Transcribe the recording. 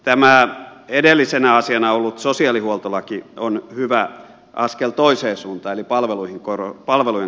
tämä edellisenä asiana ollut sosiaalihuoltolaki on hyvä askel toiseen suuntaan eli palvelujen korostamiseen